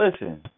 listen